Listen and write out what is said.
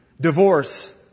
divorce